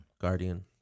Guardian